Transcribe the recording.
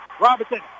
Robinson